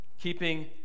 keeping